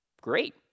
Great